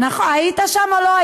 למה את משקרת?